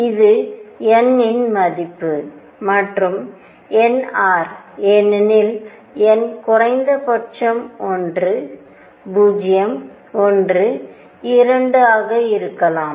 இது n இன் மதிப்பு மற்றும் nr ஏனெனில் n குறைந்தபட்சம் ஒன்று 0 1 2 ஆக இருக்கலாம்